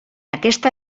aquesta